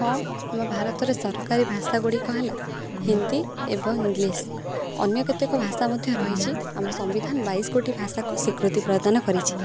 ହଁ ଆମ ଭାରତରେ ସରକାରୀ ଭାଷା ଗୁଡ଼ିକ ହେଲା ହିନ୍ଦୀ ଏବଂ ଇଂଲିଶ ଅନ୍ୟ କେତେକ ଭାଷା ମଧ୍ୟ ରହିଛି ଆମ ସମ୍ବିଧାନ ବାଇଶ ଗୋଟି ଭାଷାକୁ ସ୍ୱୀକୃତି ପ୍ରଦାନ କରିଛି